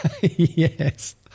Yes